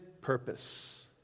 purpose